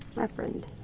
reverend.